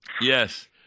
yes